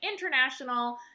international